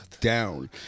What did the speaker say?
down